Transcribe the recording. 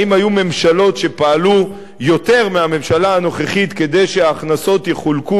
האם היו ממשלות שפעלו יותר מהממשלה הנוכחית כדי שההכנסות יחולקו